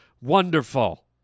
wonderful